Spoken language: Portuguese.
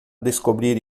descobrir